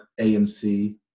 AMC